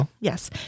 Yes